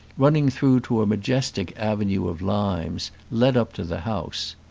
running through to a majestic avenue of limes, led up to the house.